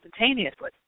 instantaneously